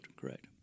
correct